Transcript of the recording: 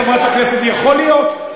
חברת הכנסת, יכול להיות.